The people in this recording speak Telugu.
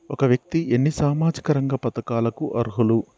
ఒక వ్యక్తి ఎన్ని సామాజిక రంగ పథకాలకు అర్హులు?